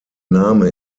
name